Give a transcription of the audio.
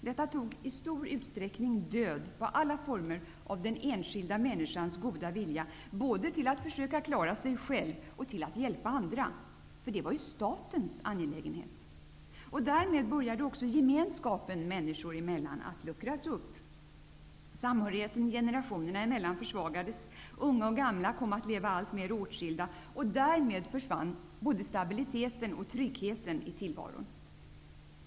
Detta tog i stor ut sträckning död på alla former av den enskilda människans goda vilja både till att försöka klara sig själv och till att hjälpa andra, eftersom det ju var statens angelägenhet. Därmed började också gemenskapen människor emellan att luckras upp. Samhörigheten generationerna emellan försvaga des. Unga och gamla kom att leva alltmer åt skilda. Och därmed försvann både stabiliteten och tryggheten i tillvaron.